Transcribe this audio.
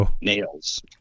nails